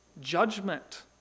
judgment